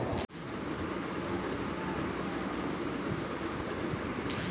poppy মানে হচ্ছে এক ধরনের খাদ্য যা নেশার জন্যে ব্যবহার করে